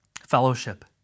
fellowship